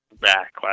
back